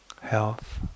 health